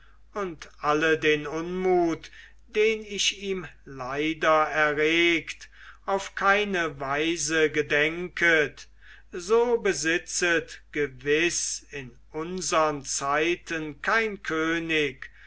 und alle den unmut den ich ihm leider erregt auf keine weise gedenket so besitzet gewiß in unsern zeiten kein könig